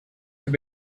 have